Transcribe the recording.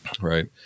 right